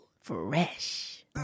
Fresh